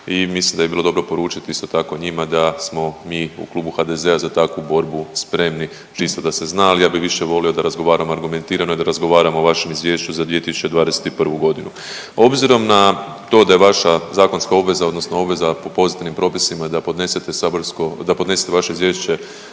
i mislim da bi bilo dobro poručiti isto tako, njima, da smo mi u Klubu HDZ-a za takvu borbu spremni, čisto da se zna, ali ja bih više volio da razgovaramo argumentiramo i da razgovaramo o vašem Izvješću za 2021. g. Obzirom na to da je vaša zakonska obveza, odnosno obveza po pozitivnim propisima da podnesete saborsko,